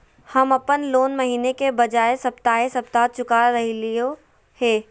हम अप्पन लोन महीने के बजाय सप्ताहे सप्ताह चुका रहलिओ हें